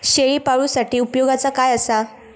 शेळीपाळूसाठी उपयोगाचा काय असा?